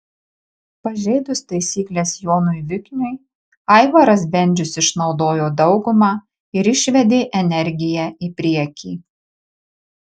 pažeidus taisykles jonui vikniui aivaras bendžius išnaudojo daugumą ir išvedė energiją į priekį